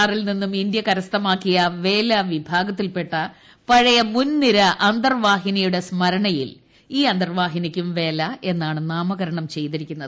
ആറിൽ ്യനിന്നും ഇന്ത്യ കരസ്ഥമാക്കിയ വേല വിഭാഗത്തിൽപ്പെട്ട പഴയ മുൻ ്ടിരി അന്തർവാഹിനിയുടെ സ്മരണയിൽ ഈ അന്തർവാഹിനിക്കും വേല എന്നാണ് നാമകരണം ചെയ്തിരിക്കുന്നത്